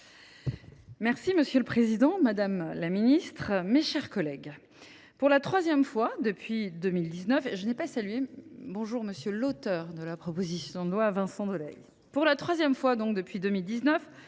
Monsieur le président, madame la ministre, mes chers collègues, pour la troisième fois depuis 2019,